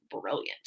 brilliant